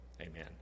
Amen